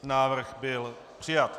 Návrh byl přijat.